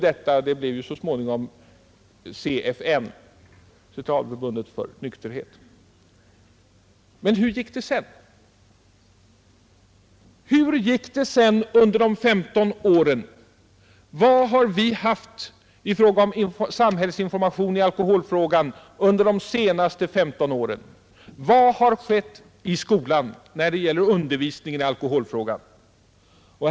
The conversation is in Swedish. Det blev så småningom CFN — Centralförbundet för nykterhetsundervisning — som organiserade denna information. Men hur gick det sedan? Vad har vi haft i fråga om samhällsinformation i alkoholfrågan under de senaste 15 åren? Vad har skett i skolan när det gäller undervisning i alkoholfrågan?